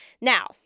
Now